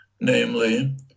namely